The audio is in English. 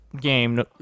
game